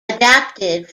adapted